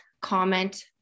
comment